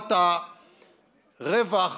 בשורת הרווח